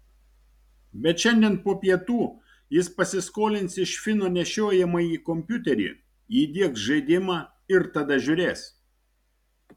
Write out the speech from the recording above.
bet šiandien po pietų jis pasiskolins iš fino nešiojamąjį kompiuterį įdiegs žaidimą ir tada žiūrės